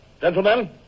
Gentlemen